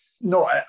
No